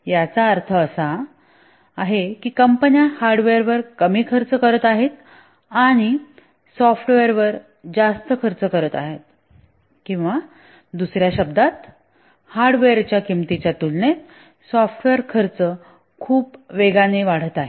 याचा अर्थ असा आहे की कंपन्या हार्डवेअरवर कमी खर्च करत आहेत आणि सॉफ्टवेअरवर जास्त खर्च करतात किंवा दुसऱ्या शब्दांत हार्डवेअरच्या किंमतीच्या तुलनेत सॉफ्टवेअर खर्च खूप वेगाने वाढत आहे